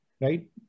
right